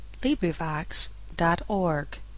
LibriVox.org